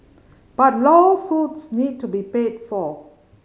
but lawsuits need to be paid for